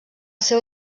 seu